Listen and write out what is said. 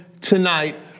tonight